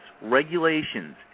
regulations